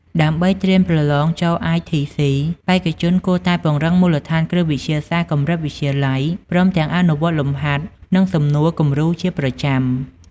ដើម្បីត្រៀមប្រឡងចូល ITC បេក្ខជនគួរតែពង្រឹងមូលដ្ឋានគ្រឹះវិទ្យាសាស្ត្រកម្រិតវិទ្យាល័យ ព្រមទាំងអនុវត្តលំហាត់ និងសំណួរគំរូជាប្រចាំ។